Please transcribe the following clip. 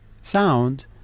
sound